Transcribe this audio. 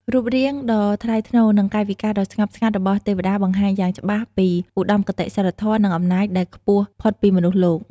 រូបរាងដ៏ថ្លៃថ្នូរ និងកាយវិការដ៏ស្ងប់ស្ងាត់ របស់ទេវតា បង្ហាញយ៉ាងច្បាស់ពីឧត្តមគតិសីលធម៌ និងអំណាចដែលខ្ពស់ផុតពីមនុស្សលោក។